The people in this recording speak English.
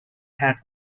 had